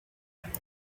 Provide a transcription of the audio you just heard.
کارشان